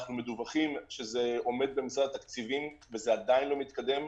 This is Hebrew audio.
אנחנו מדווחים שזה עומד באגף התקציבים וזה עדיין לא מתקדם.